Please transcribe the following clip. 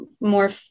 more